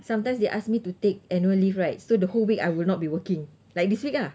sometimes they ask me to take annual leave right so the whole week I will not be working like this week ah